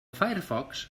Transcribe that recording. firefox